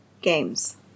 games